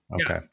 Okay